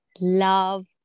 love